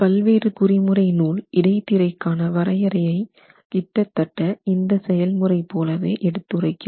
பல்வேறு குறிமுறை நூல் இடைத்திரைக்கான வரையறையை கிட்டத்தட்ட இந்த செயல்முறை போலவே எடுத்துரைக்கிறது